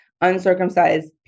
uncircumcised